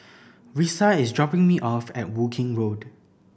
Risa is dropping me off at Woking Road